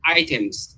items